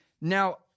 now